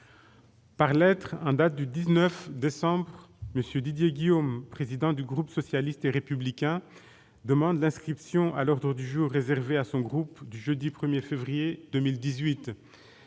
Par lettre en date du 19 décembre, M. Didier Guillaume, président du groupe socialiste et républicain, demande l'inscription à l'ordre du jour réservé à son groupe du jeudi 1 février 2018